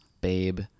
babe